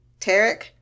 Tarek